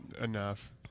enough